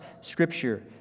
scripture